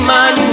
Man